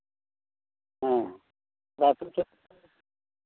ᱦᱮᱸ ᱟᱹᱪᱩᱨ ᱠᱟᱛᱮᱫ